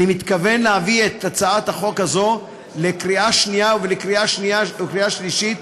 אני מתכוון להביא את הצעת החוק הזאת לקריאה שנייה ולקריאה שלישית.